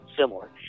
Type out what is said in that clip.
similar